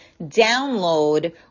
download